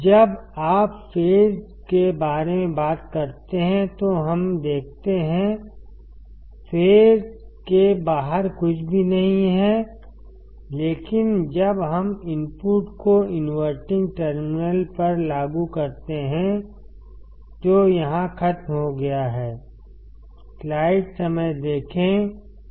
जब आप फेज के बारे में बात करते हैं तो हमें देखते हैं फेज के बाहर कुछ भी नहीं है लेकिन जब हम इनपुट को इनवर्टिंग टर्मिनल पर लागू करते हैं जो यहां खत्म हो गया है